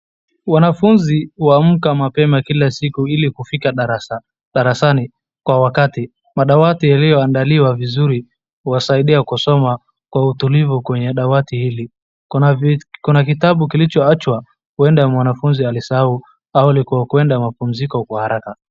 Wanafunzi huamka mapema kila siku ili kufika darasa, darasani kwa wakati, madawati yalioandaliwa vizuri kuwasaidia kusoma kwa utulivu kwenye dawati hili, kuna kitabu kilichoachwa huenda mwanafunzi alisahau au alikokwenda mapumziko kwa haraka.